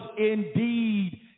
indeed